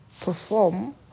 perform